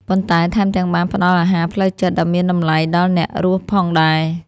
ប៉ុន្តែថែមទាំងបានផ្ដល់អាហារផ្លូវចិត្តដ៏មានតម្លៃដល់អ្នករស់ផងដែរ។